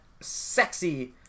sexy